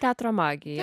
teatro magija